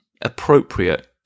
appropriate